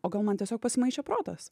o gal man tiesiog pasimaišė protas